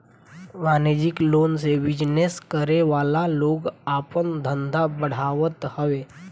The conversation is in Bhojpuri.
वाणिज्यिक लोन से बिजनेस करे वाला लोग आपन धंधा बढ़ावत हवे